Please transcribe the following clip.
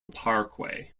parkway